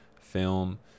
film